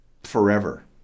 forever